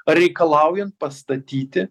reikalaujant pastatyti